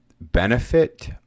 benefit